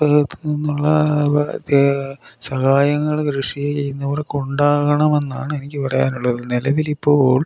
പുറത്തുനിന്നുള്ള പ്രത്യേക സഹായങ്ങൾ കൃഷി ചെയ്യുന്നവർക്ക് ഉണ്ടാകണമെന്നാണ് എനിക്ക് പറയാനുള്ളത് നിലവിലിപ്പോൾ